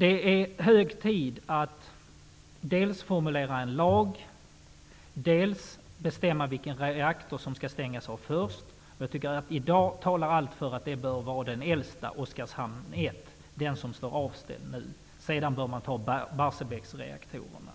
Det är hög tid att dels formulera en lag, dels bestämma vilken reaktor som skall stängas av först. I dag tycker jag att allt talar för att det bör vara den äldsta, Oskarshamn 1, den som är avställd nu. Sedan bör man ta Barsebäcksreaktorerna.